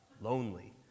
lonely